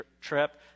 trip